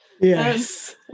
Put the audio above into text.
yes